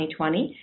2020